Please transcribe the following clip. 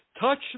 touch